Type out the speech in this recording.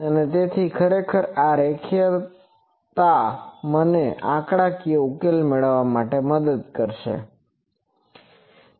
અને તેથી ખરેખર આ રેખીયતા મને આંકડાકીય ઉકેલ મેળવવામાં મદદ કરશે તે આપણે જોઈશું